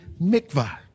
mikvah